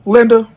Linda